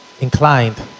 inclined